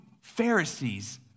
Pharisees